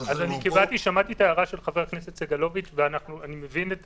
שמעתי את ההערה של חבר הכנסת סגלוביץ' ואני מבין את